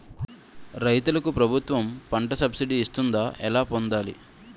రైతులకు ప్రభుత్వం పంట సబ్సిడీ ఇస్తుందా? ఎలా పొందాలి?